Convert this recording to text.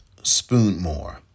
Spoonmore